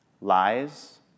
Lies